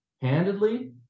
handedly